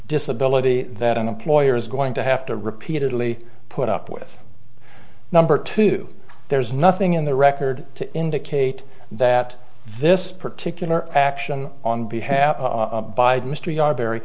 disability that an employer is going to have to repeatedly put up with number two there's nothing in the record to indicate that this particular action on behalf of mr yard